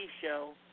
show